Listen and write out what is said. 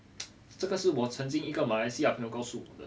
这个是我曾经一个马来西亚朋友告诉我的